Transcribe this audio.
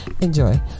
enjoy